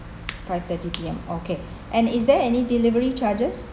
five thirty P_M okay and is there any delivery charges